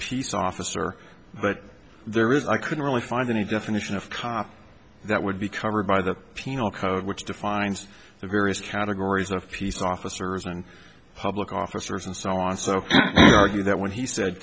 peace officer but there is i couldn't really find any definition of cop that would be covered by the penal code which defines the various categories of peace officers and public officers and so on so that when he said